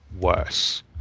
worse